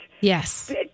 Yes